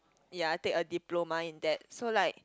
ya take a diploma in that so like